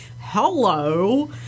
Hello